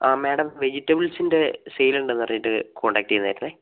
ആ മേഡം വെജിറ്റബിൾസിന്റെ സെയിൽ ഉണ്ടെന്നറിഞ്ഞിട്ട് കോൺടാക്ട് ചെയ്യുന്നതായിരുന്നേ